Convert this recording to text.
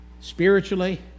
spiritually